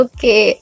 Okay